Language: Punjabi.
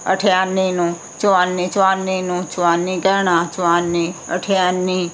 ਅਠਿਆਨੀ ਨੂੰ ਚੁਆਨੀ ਚੁਆਨੀ ਨੂੰ ਚੁਆਨੀ ਕਹਿਣਾ ਚੁਆਨੀ ਅਠਿਆਨੀ